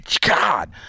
God